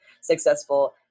successful